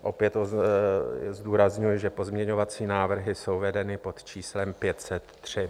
Opět zdůrazňuji, že pozměňovací návrhy jsou vedeny pod číslem 503.